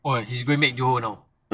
oh he is going back johor now